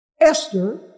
Esther